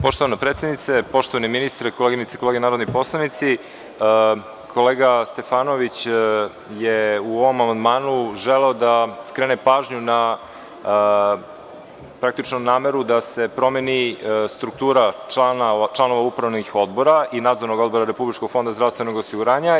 Poštovana predsednice, poštovani ministri, koleginice i kolege narodni poslanici, kolega Stefanović je u ovom amandmanu želeo da skrene pažnju na nameru da se promeni struktura članova upravnih odbora i Nadzornog odbora Republičkog fonda zdravstvenog osiguranja.